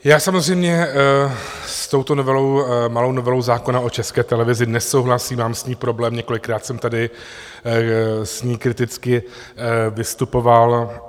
Já samozřejmě s touto novelou, malou novelou zákona o České televizi, nesouhlasím, mám s ní problém, několikrát jsem tady s ní kriticky vystupoval.